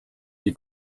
die